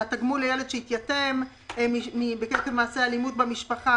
תגמול לילד שהתייתם עקב מעשה אלימות במשפחה,